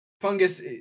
fungus